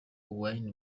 wine